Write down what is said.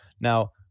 now